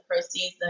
proceeds